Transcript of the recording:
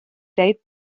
date